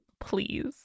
please